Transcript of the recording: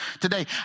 today